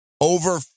over